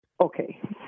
Okay